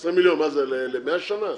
20 מיליון, מה זה, ל-100 שנה?